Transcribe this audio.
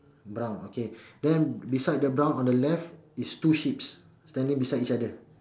brown okay then beside the brown on the left is two sheep's standing beside each other